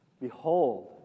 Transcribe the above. Behold